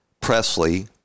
Presley